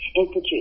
Institute